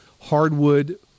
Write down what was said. hardwood